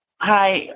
Hi